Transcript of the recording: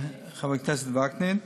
חבר הכנסת וקנין,